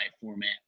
format